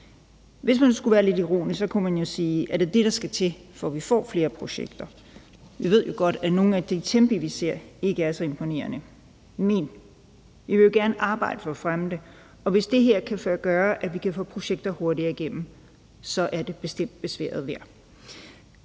Hvis man skulle være lidt ironisk, kunne man jo sige: Er det det, der skal til, for at vi får flere projekter? Vi ved jo godt, at nogle af de tempi, vi ser, ikke er så imponerende. Men vi vil jo gerne arbejde for at fremme det, og hvis det her kan gøre, at vi kan få projekter hurtigere igennem, så er det bestemt besværet værd.